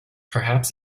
perhaps